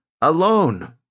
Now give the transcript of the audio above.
alone